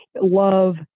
Love